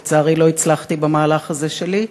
לצערי, לא הצלחתי במהלך הזה שלי,